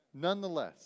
nonetheless